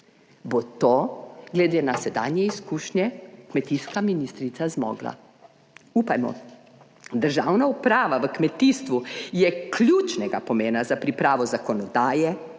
Bo to glede na sedanje izkušnje kmetijska ministrica zmogla? Upajmo. Državna uprava v kmetijstvu je ključnega pomena za pripravo zakonodaje,